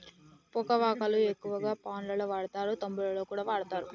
పోక వక్కలు ఎక్కువగా పాన్ లలో వాడుతారు, తాంబూలంలో కూడా వాడుతారు